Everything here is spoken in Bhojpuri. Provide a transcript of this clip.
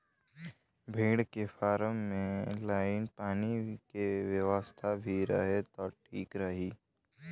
भेड़ के फार्म में लाइन पानी के व्यवस्था भी रहे त ठीक रही